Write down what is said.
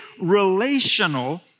relational